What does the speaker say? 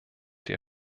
der